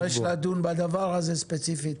יש לדון בדבר הזה ספציפית.